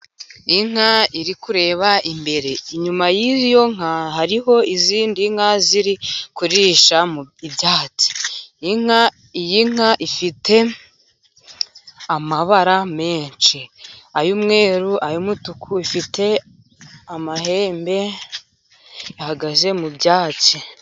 Inka iri kureba imbere. Inyuma y'iyo nka hariho izindi nka ziri kurisha mu byatsi. Iyi nka ifite amabara menshi ay'umweru, ay'umutuku, ifite amahembe, ihagaze mu byatsi.